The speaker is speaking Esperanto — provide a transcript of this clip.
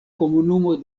komunumo